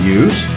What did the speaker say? use